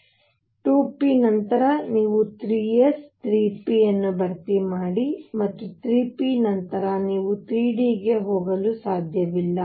ಮತ್ತು 2 p ನಂತರ ನೀವು 3 s 3 p ಅನ್ನು ಭರ್ತಿ ಮಾಡಿ ಮತ್ತು 3 p ನಂತರ ನೀವು 3 d ಗೆ ಹೋಗಲು ಸಾಧ್ಯವಿಲ್ಲ